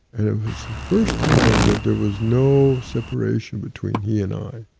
and it was the first time that there was no separation between he and i.